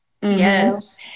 Yes